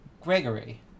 Gregory